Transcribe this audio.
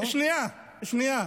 שנייה, שנייה.